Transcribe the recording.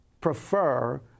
prefer